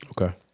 okay